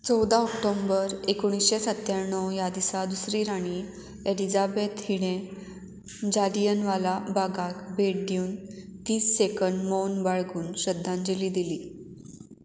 चवदा ऑक्टोंबर एकोणिशें सत्त्याणव ह्या दिसा दुसरी राणी एडिझाबेद हिणें जादियनवाला बागाक भेट दिवन तीस सेकंड मोन बाळगून श्रध्दांजली दिली